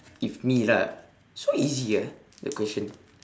if me lah so easy ah the question